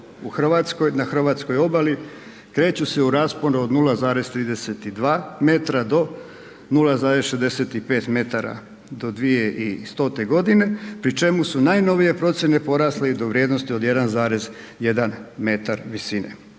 na hrvatskoj obali, kreću se u rasponu od 0,32 m do 0,65 metara do 2100. g. pri čemu su najnovije procjene porasle i do vrijednosti od 1,1 m visine.